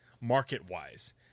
market-wise